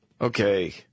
Okay